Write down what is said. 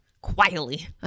quietly